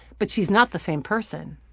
but she's not the same person.